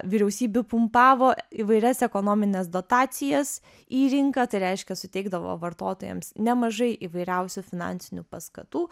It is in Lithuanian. vyriausybių pumpavo įvairias ekonomines dotacijas į rinką tai reiškia suteikdavo vartotojams nemažai įvairiausių finansinių paskatų